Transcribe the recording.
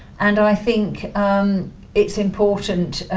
and i think um it's important